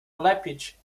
lepić